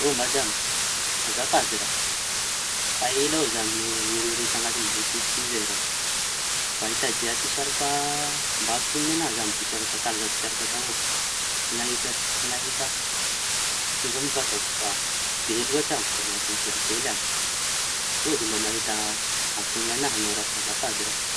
Oh madamo! Efa ela avao zaho niriorio tañatiñy botiky ty. Zaho raha mitadia tisirty mba atoñona añahy amy tisirty. Karazaña tisirty ataô tsy nahita antoñona añahy mitovy amy vatako fa be loatsy da miaraky kelikely àby. Sao dia mba mahita atoñona añahy añao raha azafady raha?